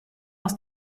aus